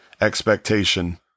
expectation